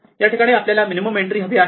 या ठिकाणी आपल्याला मिनिमम एन्ट्री हवी आहे